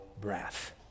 breath